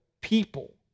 people